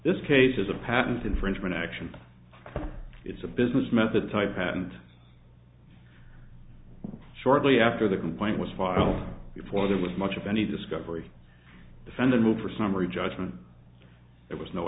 this case has a patent infringement action it's a business method type patent shortly after the complaint was filed before there was much of any discovery defend a move for summary judgment there was no